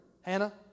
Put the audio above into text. Hannah